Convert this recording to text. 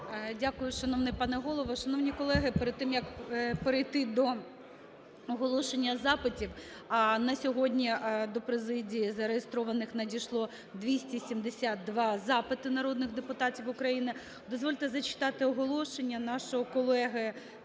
Дякую, шановний пане Голово. Шановні колеги, перед тим як перейти до оголошення запитів, на сьогодні до президії зареєстрованих надійшло 272 запити народних депутатів України. Дозвольте зачитати оголошення нашого колеги